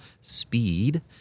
speed